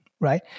right